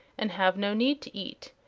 and have no need to eat,